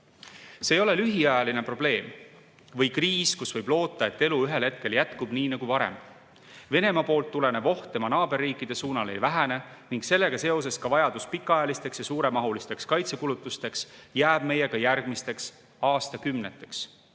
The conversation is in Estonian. See ei ole lühiajaline probleem või kriis, kus võib loota, et ühel hetkel jätkub elu nii nagu varem. Venemaa poolt tulenev oht tema naaberriikidele ei vähene. Sellega seoses jääb vajadus pikaajalisteks ja suuremahulisteks kaitsekulutusteks meiega järgmisteks aastakümneteks.